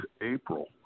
April